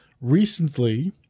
Recently